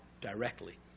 directly